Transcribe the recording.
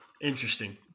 Interesting